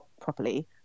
properly